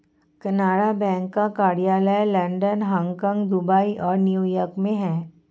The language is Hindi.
केनरा बैंक का कार्यालय लंदन हांगकांग दुबई और न्यू यॉर्क में है